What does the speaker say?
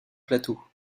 plateau